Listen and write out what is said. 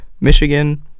Michigan